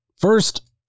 First